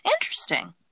Interesting